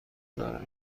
دارم